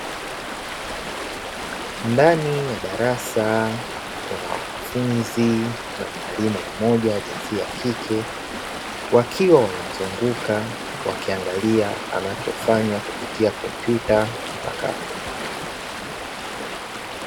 Ndani ya darasa kuna wanafunzi na mwalimu mmoja wa jinsia ya kike wakiwa wamemzunguka wakiangalia anachofanya kupitia kompyuta mpakato.